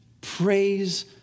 praise